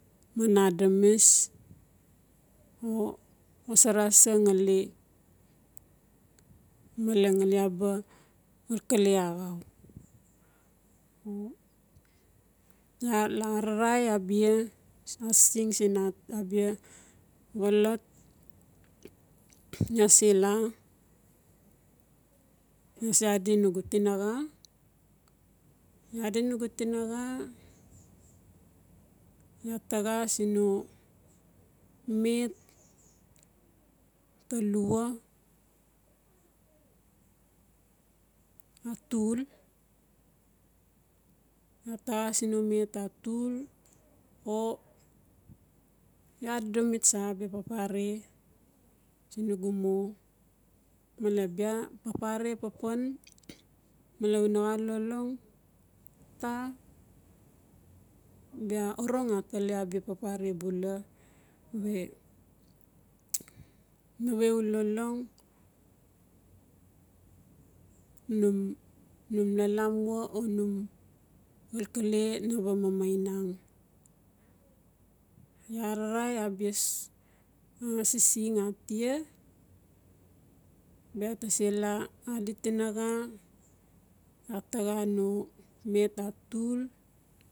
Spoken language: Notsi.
Man adamis o xosara sa ngali male ngali iaa ba xalkale axau iaa la ararai abia asising siin abia xolot ase laa iaa se adi nugu tinaxa iaa adi nugu tinaxa iaa taxa siin no met ta lua atul. Iaa taxa siin no met atul o iaa adodomi tsa bia papare siin nugu mo male bia papare papan male una xa lolong ta bia orong atali abia papare vbula we nawe u lolong nu num lalamua or num xalkale naba mamainang. Ararai abia asising atia bia ta sela adi tinaxa iaa taxa no met atul.